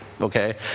okay